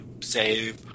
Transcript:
save